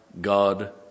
God